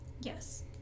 Yes